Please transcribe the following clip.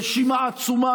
קריאה ראשונה.